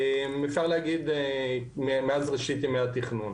אפשר להגיד, מאז ראשית ימי התכנון.